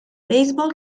baseball